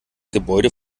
gebäude